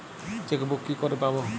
Chequebook কি করে পাবো?